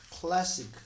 classic